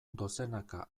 dozenaka